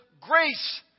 grace